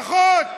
ברכות,